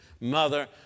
Mother